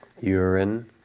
urine